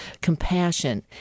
compassion